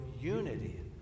unity